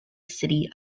city